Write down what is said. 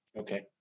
Okay